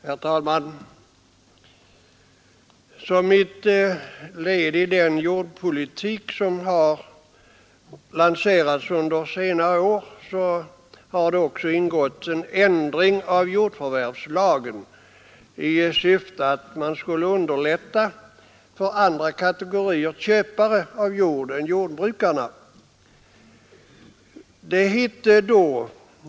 Herr talman! Som ett led i den jordpolitik som lanserats under senare år har ingått en ändring av jordförvärvslagen i syfte att underlätta för andra kategorier än jordbrukare att köpa jord.